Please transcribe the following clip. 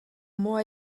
mot